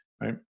right